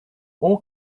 all